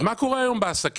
אז מה קורה היום בעסקים?